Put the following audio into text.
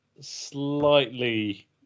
slightly